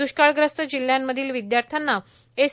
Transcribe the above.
दुष्काळग्रस्त जिल्ह्यांमधील विदयार्थ्यांना एस